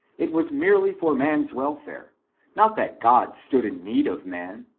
it was merely for man's welfare not that god stood in need of man,